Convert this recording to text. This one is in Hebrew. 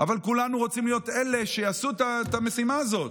אבל כולנו רוצים להיות אלה שיעשו את המשימה הזאת,